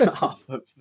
awesome